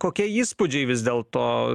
kokie įspūdžiai vis dėl to